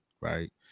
right